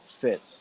fits